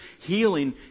healing